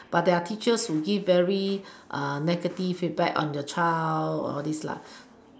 but there are teachers who give uh very negative feedback on your child or all these lah